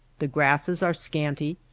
the grasses are scanty,